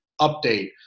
update